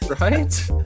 right